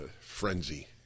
frenzy